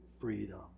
freedom